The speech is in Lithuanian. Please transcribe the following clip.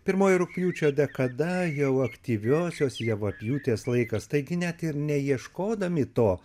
pirmoji rugpjūčio dekada jau aktyviosios javapjūtės laikas taigi net ir neieškodami to